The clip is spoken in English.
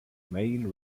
main